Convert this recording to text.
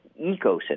ecosystem